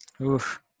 Oof